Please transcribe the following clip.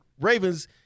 Ravens